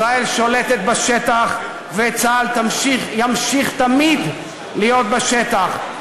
ישראל שולטת בשטח וצה"ל ימשיך תמיד להיות בשטח,